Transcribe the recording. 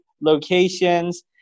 locations